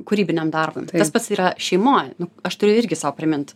kūrybiniam darbui tas pats yra šeimoj aš turiu irgi sau primint